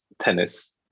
tennis